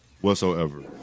whatsoever